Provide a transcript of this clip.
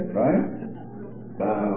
right